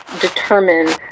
determine